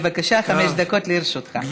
בבקשה, חמש דקות לרשותך.